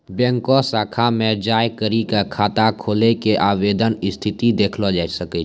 बैंको शाखा मे जाय करी क खाता खोलै के आवेदन स्थिति देखलो जाय सकै छै